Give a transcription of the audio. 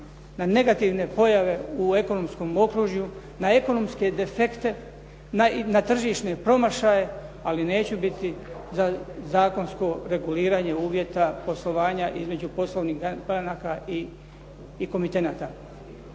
na negativne pojave u ekonomskom okružju, na ekonomske defekte, na tržišne promašaje, ali neću biti za zakonsko reguliranje uvjeta poslovanja između poslovnih banaka i komitenata.